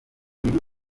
ibi